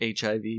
HIV